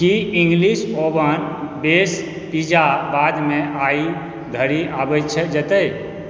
की English oven base pizza बादमे आइ धरि आबि जेतै